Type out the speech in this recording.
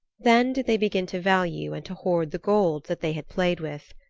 then did they begin to value and to hoard the gold that they had played with.